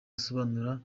asobanura